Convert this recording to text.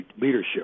leadership